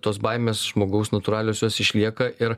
tos baimės žmogaus natūralios jos išlieka ir